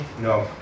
No